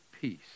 peace